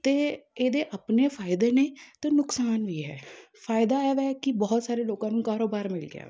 ਅਤੇ ਇਹਦੇ ਆਪਣੇ ਫਾਇਦੇ ਨੇ ਅਤੇ ਨੁਕਸਾਨ ਵੀ ਹੈ ਫਾਇਦਾ ਹੈ ਵੈ ਕਿ ਬਹੁਤ ਸਾਰੇ ਲੋਕਾਂ ਨੂੰ ਕਾਰੋਬਾਰ ਮਿਲ ਗਿਆ ਹੈ